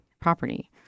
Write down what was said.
property